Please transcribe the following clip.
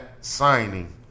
signing